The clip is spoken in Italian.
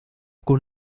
con